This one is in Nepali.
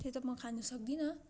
त्यो त म खानु सक्दिनँ